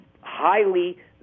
highly